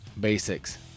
basics